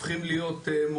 הופכים להיות מוקד,